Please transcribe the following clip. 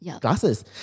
glasses